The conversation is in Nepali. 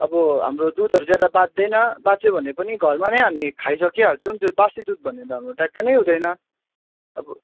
अब हाम्रो दुधहरू ज्यादा बाँच्दैन बाँच्यो भने पनि घरमा नै हामी खाइसकि हाल्छौँ त्यो बासी दुध भन्ने त हाम्रो ट्याक्कै नै हुँदैन अब